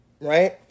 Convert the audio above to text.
Right